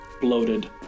bloated